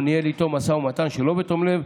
או ניהל איתו משא ומתן שלא בתום לב,